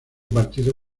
partido